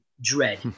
dread